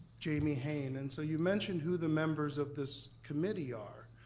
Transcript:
jamie haynes and so you mentioned who the members of this committee are.